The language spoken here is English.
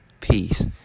Peace